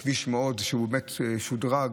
זה כביש שבאמת שודרג.